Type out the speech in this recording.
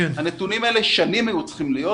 הנתונים האלה היו צריכים להיות כבר שנים